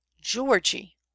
Georgie